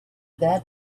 that